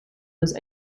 was